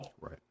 Right